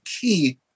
key